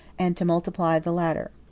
and to multiply the latter.